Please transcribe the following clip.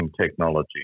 technology